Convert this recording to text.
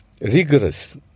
rigorous